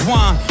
one